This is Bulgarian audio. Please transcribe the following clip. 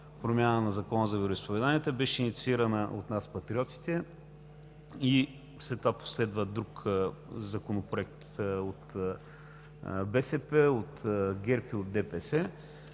промяна на Закона за вероизповеданията беше инициирана от нас, Патриотите, и след това последва друг законопроект от БСП, от ГЕРБ и от ДПС.